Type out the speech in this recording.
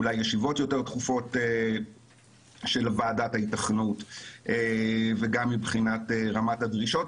אולי ישיבות יותר תכופות של ועדת ההיתכנות וגם מבחינת רמת הדרישות,